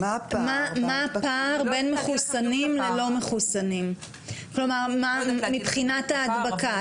מה הפער בין מחוסנים ללא-מחוסנים מבחינת ההדבקה?